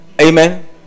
Amen